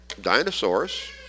dinosaurs